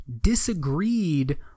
disagreed